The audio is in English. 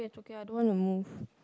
okay I don't want to move